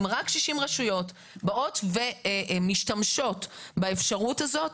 אם רק 60 רשויות באות ומשתמשות באפשרות הזאת,